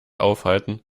aufhalten